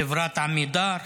חברת עמידר,